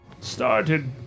started